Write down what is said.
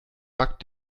backt